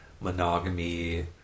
monogamy